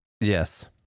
Yes